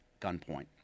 gunpoint